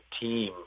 team